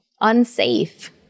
unsafe